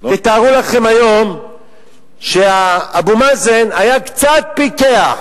תתארו לכם היום שאבו מאזן היה קצת פיקח